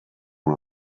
una